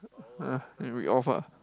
ah then you read off ah